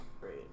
Great